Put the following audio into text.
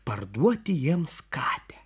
parduoti jiems katę